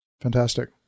Fantastic